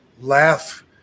Laugh